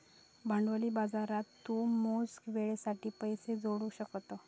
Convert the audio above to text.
भांडवली बाजारात तू मोप वेळेसाठी पैशे जोडू शकतं